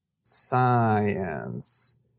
Science